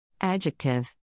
Adjective